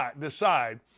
decide